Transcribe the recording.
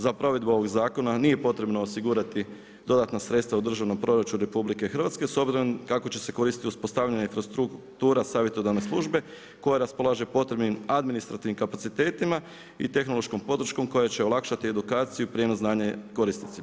Za provedbu ovog zakona nije potrebno osigurati dodatna sredstva u državnom proračunu RH s obzirom kako će se koristiti uspostavljanje infrastrukture savjetodavne službe koja raspolaže potrebnim administrativnim kapacitetima i tehnološkom podrškom koja će olakšati edukaciju i prijenos znanja korisnicima.